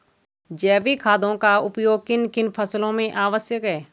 जैविक खादों का उपयोग किन किन फसलों में आवश्यक है?